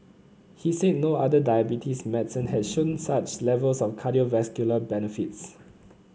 he said no other diabetes medicine had shown such levels of cardiovascular benefits